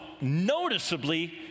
noticeably